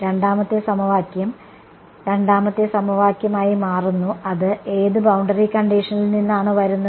രണ്ടാമത്തെ സമവാക്യം രണ്ടാമത്തെ സമവാക്യമായി മാറുന്നു അത് ഏത് ബൌണ്ടറി കണ്ടിഷനിൽ നിന്നാണ് വരുന്നത്